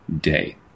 day